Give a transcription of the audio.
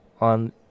on